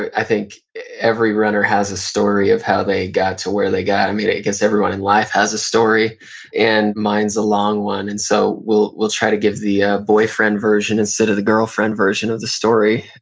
i think every runner has a story of how they got to where they got. i mean, i guess everyone in life has a story and mine's a long one, and so we'll we'll try to give the ah boyfriend version instead of the girlfriend version of the story.